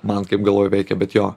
man kaip galvoj veikia bet jo